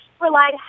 relied